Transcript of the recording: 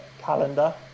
calendar